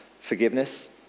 forgiveness